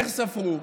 איך ספרו?